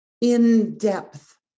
in-depth